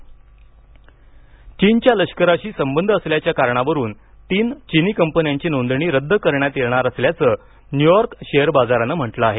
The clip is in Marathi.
चीन कंपन्या नोंदणी चीनच्या लष्कराशी संबंध असल्याच्या कारणावरून तीन चिनी कंपन्यांची नोंदणी रद्द करण्यात येणार असल्याचं न्यूयॉर्क शेअर बाजारानं म्हटलं आहे